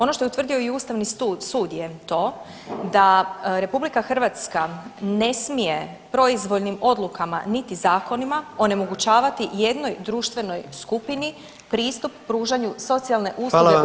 Ono što je utvrdio i ustavni sud je to da RH ne smije proizvoljnim odlukama niti zakonima onemogućavati jednoj društvenoj skupini pristup pružanju socijalne usluge udomiteljstva.